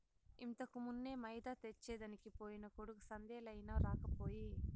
ఇంతకుమున్నే మైదా తెచ్చెదనికి పోయిన కొడుకు సందేలయినా రాకపోయే